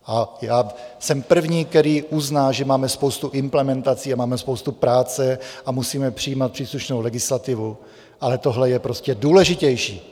A já jsem první, který uzná, že máme spoustu implementací, máme spoustu práce a musíme přijímat příslušnou legislativu, ale tohle je prostě důležitější.